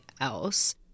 else